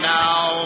now